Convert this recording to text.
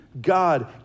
God